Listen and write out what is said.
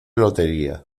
lotería